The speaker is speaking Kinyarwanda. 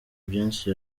byinshi